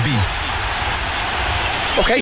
Okay